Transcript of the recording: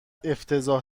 افتضاح